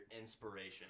inspiration